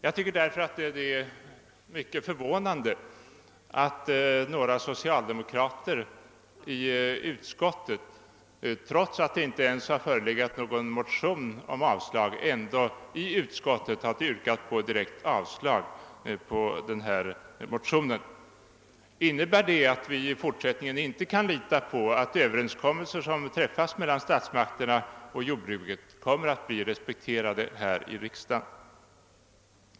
Jag tycker därför att det är förvånande att några socialdemokrater i utskottet, trots att det inte ens förelegat någon motion med yrkande om avslag på propositionen, i en reservation yrkat på avslag. Innebär det att vi i fortsättningen inte kan lita på att överenskommelser som träffas mellan statsmakterna och jordbruket kommer att respekteras av riksdagen?